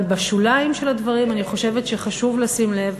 אבל בשוליים של הדברים אני חושבת שחשוב לשים לב.